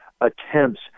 attempts